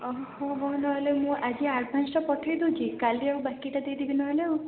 ଓହୋ ହଉ ନହେଲେ ମୁଁ ଆଜି ଆଡ଼ଭାନ୍ସଟା ପଠାଇ ଦେଉଛି କାଲି ଆଉ ବାକିଟା ଦେଇଦେବି ନହେଲେ ଆଉ